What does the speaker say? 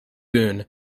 boon